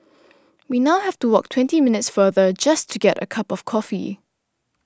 we now have to walk twenty minutes farther just to get a cup of coffee